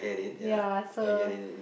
ya so